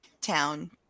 town